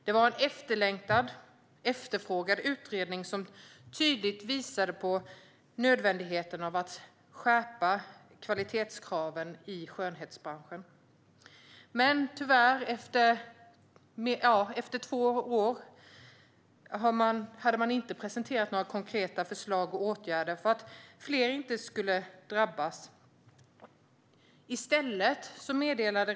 Det var en efterlängtad och efterfrågad utredning som tydligt visade på nödvändigheten av att skärpa kvalitetskraven i skönhetsbranschen. Men tyvärr hade man efter två år inte presenterat några konkreta förslag och åtgärder för att fler inte skulle drabbas.